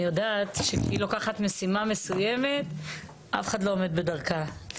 יודעת שכשהיא לוקחת משימה מסוימת אף אחד לא עומד בדרכה,